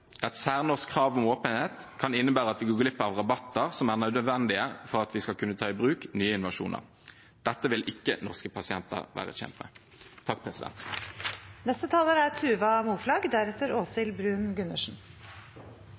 Et særnorsk krav om åpenhet kan innebære at vi går glipp av rabatter som er nødvendige for at vi skal kunne ta i bruk nye innovasjoner. Dette vil ikke norske pasienter være tjent med. Tenk deg at du er